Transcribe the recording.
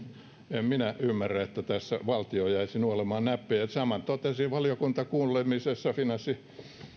en minä ymmärrä että tässä valtio jäisi nuolemaan näppejään saman totesi valiokuntakuulemisessa finanssialan